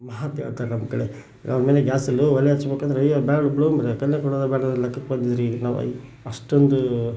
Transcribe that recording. ಮಾತು ಹೇಳ್ತಾರೆ ನಮ್ಮ ಕಡೆ ಅವ್ರ ಮನೆಗೆ ಗ್ಯಾಸ್ ಇಲ್ಲ ಒಲೆ ಹಚ್ಬೇಕಂದ್ರೆ ಅಯ್ಯಯ್ಯೋ ಬೇಡ ಬಿಡ್ರೋ ಲೆಕ್ಕಕ್ಕೆ ಬಂದಿದ್ದರೆ ನಾವು ಈಗ ಅಷ್ಟೊಂದು